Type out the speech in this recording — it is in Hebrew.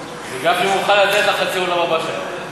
שגפני מוכן לתת לך חצי עולם הבא שלו.